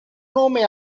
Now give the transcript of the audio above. nome